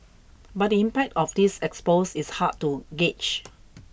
but the impact of this expose is hard to gauge